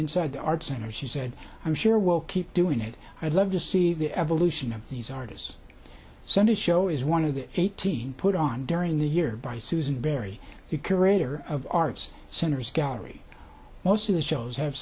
inside the art center she said i'm sure we'll keep doing it i'd love to see the evolution of these artists send a show is one of the eighteen put on during the year by susan berry you curator of arts centers gallery most of the shows have